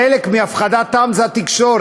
חלק מהפחדת העם זה התקשורת.